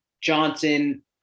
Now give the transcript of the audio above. Johnson